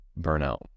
burnout